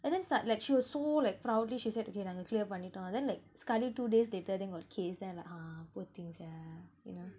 and then sad like she was so like proudly she said okay நாங்க:naanga clear பண்ணிட்டோம்:pannittom then like sekali two days later then got case then like ah poor thing sia you know